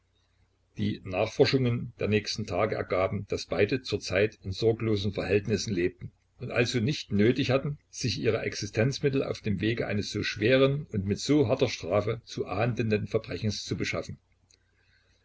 die nachforschungen der nächsten tage ergaben daß beide zurzeit in sorglosen verhältnissen lebten und also nicht nötig hatten sich ihrer existenzmittel auf dem wege eines so schweren und mit so harter strafe zu ahndenden verbrechens zu beschaffen